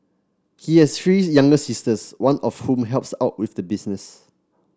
he has three younger sisters one of whom helps out with the business